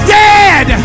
dead